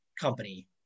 company